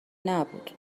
نبود